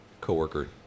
coworker